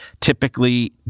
typically